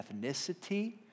ethnicity